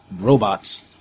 robots